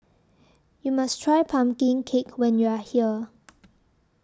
YOU must Try Pumpkin Cake when YOU Are here